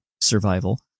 survival